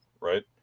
right